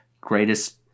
greatest